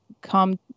come